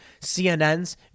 CNNs